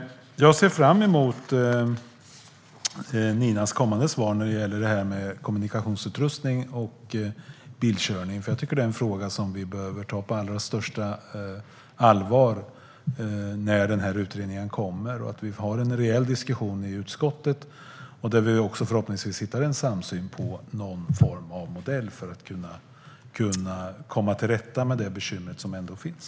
Jag ser fram emot Ninas kommande svar när det gäller kommunikationsutrustning och bilkörning. Jag tycker att det är en fråga som vi behöver ta på allra största allvar. När utredningen kommer bör vi ha en rejäl diskussion i utskottet, där vi förhoppningsvis hittar en samsyn på någon form av modell för att kunna komma till rätta med de bekymmer som finns.